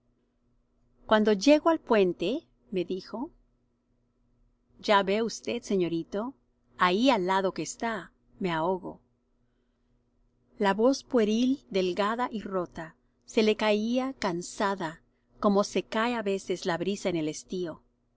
cuando llego al p u e n t e me dijo ya ve usted señorito ahí al lado que está me ahogo la voz pueril delgada y rota se le caía cansada como se cae á veces la brisa en el estío